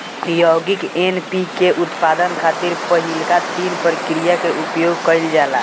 यौगिक एन.पी.के के उत्पादन खातिर पहिलका तीन प्रक्रिया के उपयोग कईल जाला